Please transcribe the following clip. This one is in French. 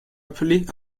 appelé